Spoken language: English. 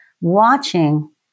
watching